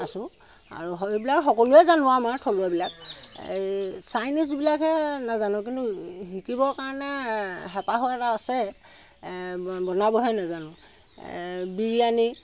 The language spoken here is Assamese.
আছোঁ এইবিলাক সকলোৱে জানো আৰু মই থলুৱাবিলাক সেই চাইনিজবিলাকহে নেজানো কিন্তু শিকিবৰ কাৰণে হেঁপাহো এটা আছে মই বনাবহে নেজানো বিৰিয়ানী